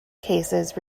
cases